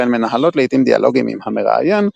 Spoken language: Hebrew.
והן מנהלות לעיתים דיאלוגים עם "המראיין",